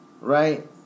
Right